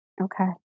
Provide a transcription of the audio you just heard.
Okay